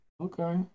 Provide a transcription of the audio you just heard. Okay